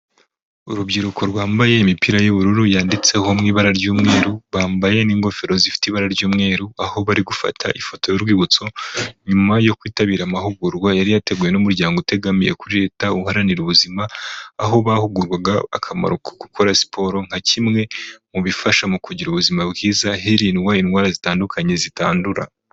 Urubyiruko rwambaye imipira y'ubururu yanditseho mu ibara ry'umweru bambaye n'ingofero zifite ibara ry'umweru, aho bari gufata ifoto y'urwibutso nyuma yo kwitabira amahugurwa yari yateguwe n'umuryango utegamiye kuri leta uharanira ubuzima, aho bahugurwaga akamaro ko gukora siporo nka kimwe mu bifasha mu kugira ubuzima bwiza hirindwa indwara zitandukanye zitandura.